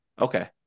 Okay